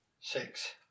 Six